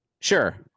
Sure